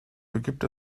begibt